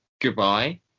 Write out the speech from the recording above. goodbye